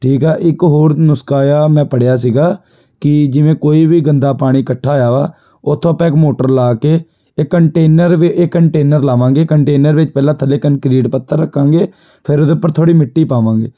ਠੀਕ ਹੈ ਇੱਕ ਹੋਰ ਨੁਸਖਾ ਆ ਮੈਂ ਪੜ੍ਹਿਆ ਸੀਗਾ ਕਿ ਜਿਵੇਂ ਕੋਈ ਵੀ ਗੰਦਾ ਪਾਣੀ ਇਕੱਠਾ ਹੋਇਆ ਵਾ ਉੱਥੋਂ ਆਪਾਂ ਇੱਕ ਮੋਟਰ ਲਾ ਕੇ ਇੱਕ ਕੰਟੇਨਰ ਵੇ ਇਹ ਕੰਟੇਨਰ ਲਵਾਂਗੇ ਕੰਟੇਨਰ ਵਿੱਚ ਪਹਿਲਾਂ ਥੱਲੇ ਕਨਕਰੀਟ ਪੱਥਰ ਰੱਖਾਂਗੇ ਫਿਰ ਉਹਦੇ ਉੱਪਰ ਥੋੜ੍ਹੀ ਮਿੱਟੀ ਪਾਵਾਂਗੇ